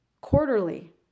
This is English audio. quarterly